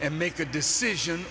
and make a decision